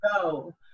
go